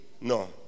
no